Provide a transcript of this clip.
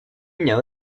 know